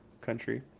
country